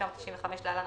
התשנ"ה-1995 (להלן,